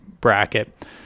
bracket